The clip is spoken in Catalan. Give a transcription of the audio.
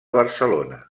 barcelona